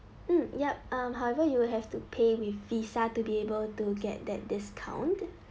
mm yup um however you will have to pay with Visa to be able to get that discount